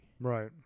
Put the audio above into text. Right